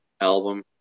album